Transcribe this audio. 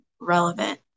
relevant